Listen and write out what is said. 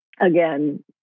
again